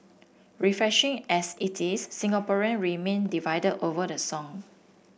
refreshing as it is Singaporean remain divided over the song